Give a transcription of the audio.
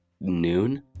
noon